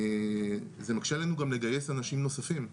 זה מקשה עלינו גם לגייס אנשים נוספים,